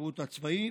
השירות הצבאי,